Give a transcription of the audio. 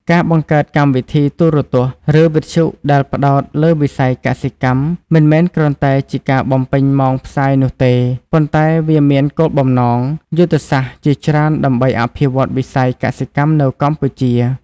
ការបង្កើតកម្មវិធីទូរទស្សន៍ ឬវិទ្យុដែលផ្តោតលើវិស័យកសិកម្ម មិនមែនគ្រាន់តែជាការបំពេញម៉ោងផ្សាយនោះទេ ប៉ុន្តែវាមានគោលបំណងយុទ្ធសាស្ត្រជាច្រើនដើម្បីអភិវឌ្ឍវិស័យកសិកម្មនៅកម្ពុជា។